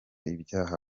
ibyaha